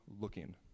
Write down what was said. looking